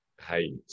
hey